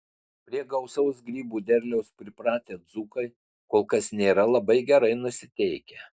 prie gausaus grybų derliaus pripratę dzūkai kol kas nėra labai gerai nusiteikę